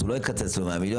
אז הוא לא יקצץ לו 100 מיליון,